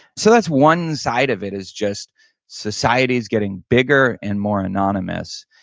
so that's one side of it is just society's getting bigger and more anonymous.